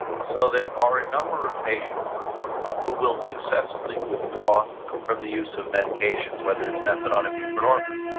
so there are a number of patients who will successfully withdraw from the use of medications, whether it's methadone or buprenorphine.